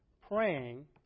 praying